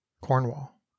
Cornwall